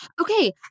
Okay